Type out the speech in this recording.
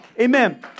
Amen